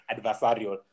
adversarial